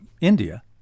India